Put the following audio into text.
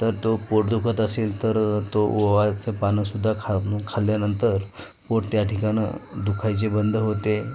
तर तो पोट दुखत असेल तर तो ओव्याचं पानंसुद्धा खा खाल्ल्यानंतर पोट त्या ठिकाणं दुखायचे बंद होते